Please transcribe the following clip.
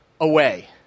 away